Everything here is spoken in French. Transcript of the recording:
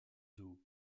zoo